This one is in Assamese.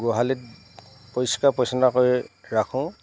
গোহালিত পৰিষ্কাৰ পৰিচ্ছন্নতা কৰি ৰাখোঁ